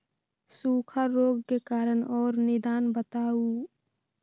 सूखा रोग के कारण और निदान बताऊ?